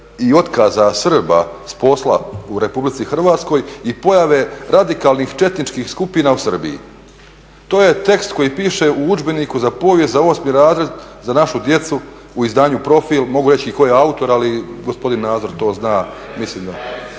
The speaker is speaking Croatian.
i otkaza Srba s posla u Republici Hrvatskoj i pojave radikalnih četničkih skupina u Srbiji.". To je tekst koji piše u udžbeniku za povijest za 8. razred za našu djecu u izdanju Profil, mogu reći i tko je autor ali gospodin Nazor to zna. …/Upadica